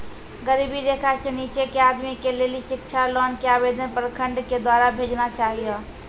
गरीबी रेखा से नीचे के आदमी के लेली शिक्षा लोन के आवेदन प्रखंड के द्वारा भेजना चाहियौ?